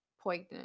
poignant